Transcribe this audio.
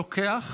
לוקח